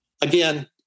Again